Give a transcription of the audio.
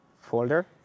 folder